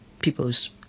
people's